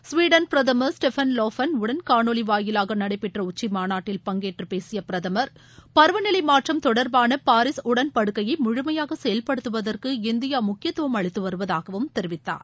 Sweden பிரதமர் Stefan Lofven உடன் காணொலி வாயிலாக நடைபெற்ற உச்சி மாநாட்டில் பங்கேற்று பேசிய பிரதமர் பருவநிலை மாற்றம் தொடர்பான பாரிஸ் உடன்படுக்கையை முழுமையாக செயல்படுத்துவதற்கு இந்தியா முக்கியத்துவம் அளித்து வருவதாகவும் தெரிவித்தார்